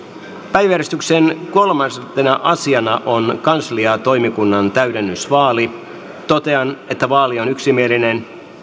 päiväjärjestyksen kolmantena asiana on kansliatoimikunnan täydennysvaali totean että vaali on yksimielinen